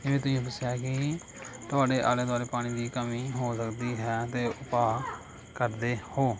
ਜਿਵੇਂ ਤੁਸੀਂ ਦੱਸਿਆ ਹੈ ਕਿ ਤੁਹਾਡੇ ਆਲੇ ਦੁਆਲੇ ਪਾਣੀ ਦੀ ਕਮੀ ਹੋ ਸਕਦੀ ਹੈ ਅਤੇ ਉਪਾਅ ਕਰਦੇ ਹੋ